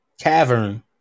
cavern